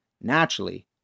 Naturally